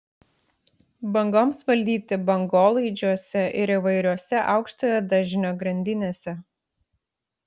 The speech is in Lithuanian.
bangoms valdyti bangolaidžiuose ir įvairiose aukštojo dažnio grandinėse